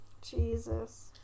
jesus